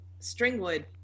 Stringwood